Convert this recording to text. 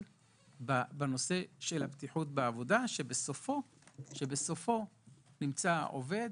בנושא הבטיחות בעבודה, שבסופו נמצא העובד